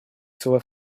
свой